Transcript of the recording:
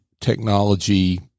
technology